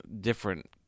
different